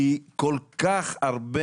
כי כל כך הרבה